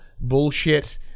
bullshit